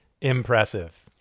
Impressive